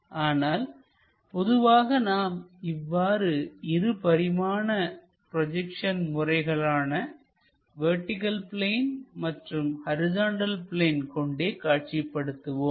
ஆனால் பொதுவாக நாம் இவ்வாறு இருபரிமாண ப்ரொஜெக்ஷன் முறைகளான வெர்டிகள் பிளேன் மற்றும் ஹரிசாண்டல் பிளேன் கொண்டே காட்சிப்படுத்துவோம்